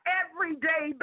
everyday